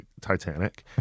Titanic